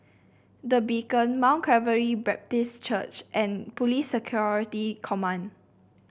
The Beacon Mount Calvary Baptist Church and Police Security Command